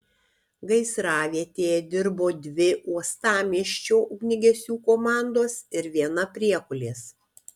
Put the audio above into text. gaisravietėje dirbo dvi uostamiesčio ugniagesių komandos ir viena priekulės